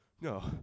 No